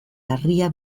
larria